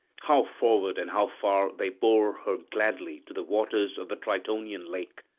how forward and how far they bore her gladly to the waters of the tritonian lake!